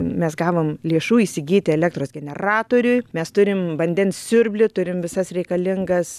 mes gavom lėšų įsigyti elektros generatoriui mes turim vandens siurblį turim visas reikalingas